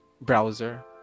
browser